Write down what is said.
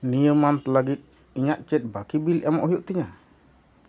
ᱱᱤᱭᱟᱹ ᱢᱟᱱᱛᱷ ᱞᱟᱹᱜᱤᱫ ᱤᱧᱟᱹᱜ ᱪᱮᱫ ᱵᱟᱹᱠᱤ ᱵᱤᱞ ᱮᱢᱚᱜ ᱦᱩᱭᱩᱜ ᱛᱤᱧᱟᱹ